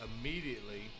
immediately